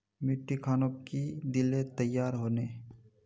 मिट्टी खानोक की दिले तैयार होने?